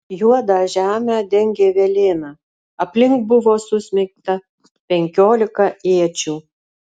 juodą žemę dengė velėna aplink buvo susmeigta penkiolika iečių